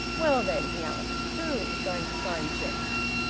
well then, he asked, who is going to sign cheques?